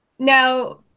Now